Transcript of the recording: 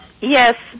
Yes